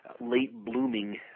late-blooming